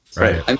Right